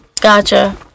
Gotcha